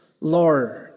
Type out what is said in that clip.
Lord